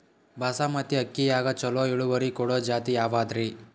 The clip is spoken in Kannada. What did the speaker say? ಬಾಸಮತಿ ಅಕ್ಕಿಯಾಗ ಚಲೋ ಇಳುವರಿ ಕೊಡೊ ಜಾತಿ ಯಾವಾದ್ರಿ?